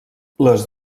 les